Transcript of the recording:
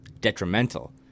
detrimental